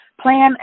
plan